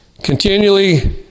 Continually